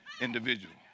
individual